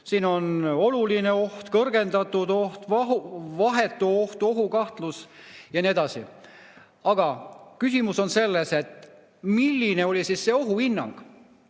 On oluline oht, kõrgendatud oht, vahetu oht, ohu kahtlus ja nii edasi. Aga küsimus on selles, milline oli ohuhinnang.